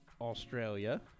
Australia